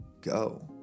go